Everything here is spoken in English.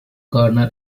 gardner